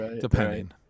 depending